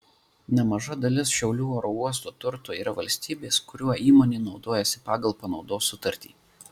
nemaža dalis šiaulių oro uosto turto yra valstybės kuriuo įmonė naudojasi pagal panaudos sutartį